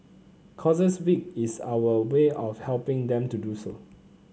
Causes Week is our way of helping them to do so